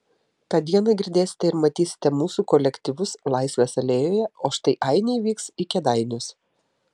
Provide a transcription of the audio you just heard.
tą dieną girdėsite ir matysite mūsų kolektyvus laisvės alėjoje o štai ainiai vyks į kėdainius